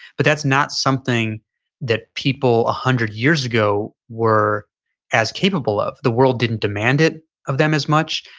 but that's not something that people a hundred years ago we're as capable of. the world didn't demand it of them as much.